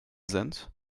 sind